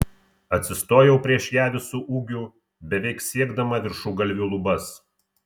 atsistojau prieš ją visu ūgiu beveik siekdama viršugalviu lubas